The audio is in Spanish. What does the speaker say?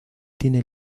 tiene